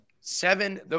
Seven